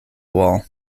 wall